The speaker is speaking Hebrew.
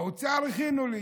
באוצר הכינו לי